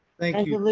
thank you.